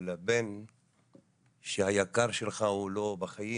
או לבן שהיקר שלך הוא לא בחיים,